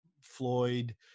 floyd